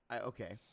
okay